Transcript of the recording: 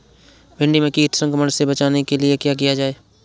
भिंडी में कीट संक्रमण से बचाने के लिए क्या किया जाए?